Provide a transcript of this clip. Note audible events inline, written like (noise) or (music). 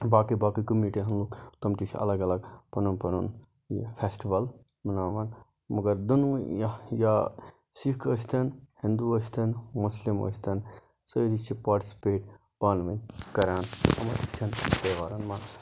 باقٕے باقٕے کمیٖٹِیَن ہٕنٛدۍ لوٗکھ تِم تہِ چھِ اَلَگ اَلَگ پَنُن پَنُن فیٚسٹِول بَناوان مگر دۄنواے یا یا سِکھ ٲسۍتَن ہِنٛدوٗ ٲسۍتَن مُسلِم ٲسۍتَن سٲری چھِ پاٹِسِپیٹ پانوٕنۍ کَران تِمن چھِ تہوار (unintelligible)